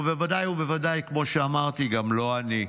ובוודאי ובוודאי, כמו שאמרתי, לא אני.